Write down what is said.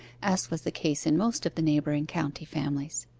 as was the case in most of the neighbouring county families.